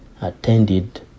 attended